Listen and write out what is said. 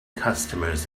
customers